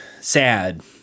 sad